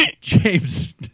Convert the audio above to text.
James